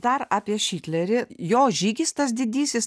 dar apie šitlerį jo žygis tas didysis